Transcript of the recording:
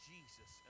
Jesus